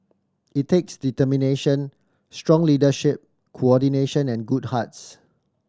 it takes determination strong leadership coordination and good hearts